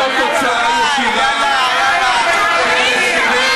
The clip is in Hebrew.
זו תוצאה ישירה של הסכמי